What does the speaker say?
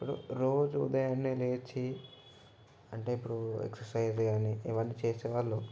ఇప్పుడు రోజు ఉదయం లేచి అంటే ఇప్పుడు ఎక్సైజ్ కానీ ఇవన్నీ చేసే వాళ్ళు